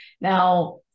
Now